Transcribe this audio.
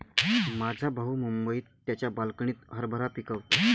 माझा भाऊ मुंबईत त्याच्या बाल्कनीत हरभरा पिकवतो